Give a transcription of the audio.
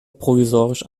provisorisch